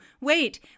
wait